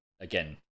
Again